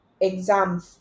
exam